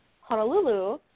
Honolulu